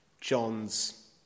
John's